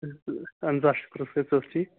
آہن حظ آ شُکُر تُہۍ ٲسوٕ حظ ٹھیٖک